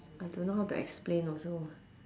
I don't know how to explain also